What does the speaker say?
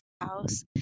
house